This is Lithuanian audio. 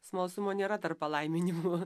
smalsumo nėra tarp palaiminimų